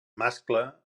mascle